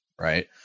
Right